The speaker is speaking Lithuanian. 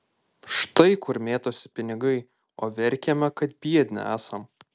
štai kur mėtosi pinigai o verkiame kad biedni esam